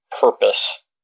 purpose